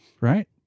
Right